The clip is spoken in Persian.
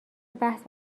بحث